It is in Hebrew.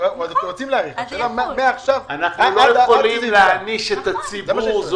אנחנו לא יכולים להעניש את הציבור.